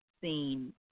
seen